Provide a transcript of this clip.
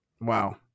Wow